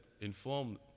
inform